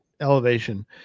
elevation